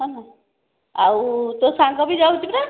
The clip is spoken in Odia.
ହଁ ଆଉ ତୋ ସାଙ୍ଗ ଭି ଯାଉଛି ପରା